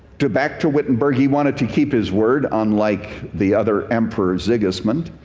to back to wittenberg. he wanted to keep his word, unlike the other emperor, sigismund.